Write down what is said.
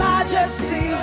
Majesty